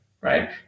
Right